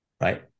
right